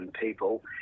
people